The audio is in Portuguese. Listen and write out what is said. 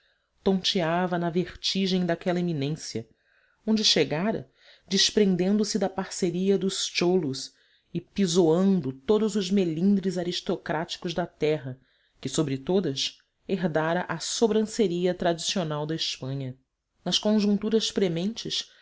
tonteava na vertigem daquela eminência onde chegara desprendendo se da parceria dos cholos e pisoando todos os melindres aristocráticos da terra que sobre todas herdara a sobranceria tradicional da espanha nas conjunturas prementes